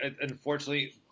unfortunately